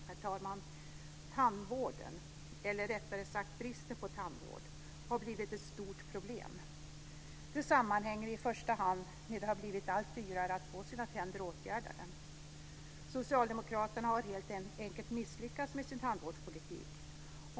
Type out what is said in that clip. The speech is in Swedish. Herr talman! Tandvården, eller rättare sagt bristen på tandvård, har blivit ett stort problem. Det sammanhänger i första hand med att det har blivit allt dyrare att få sina tänder åtgärdade. Socialdemokraterna har helt enkelt misslyckats med sin tandvårdspolitik.